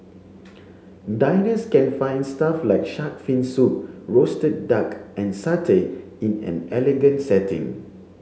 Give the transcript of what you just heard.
diners can find stuff like shark fin soup roasted duck and satay in an elegant setting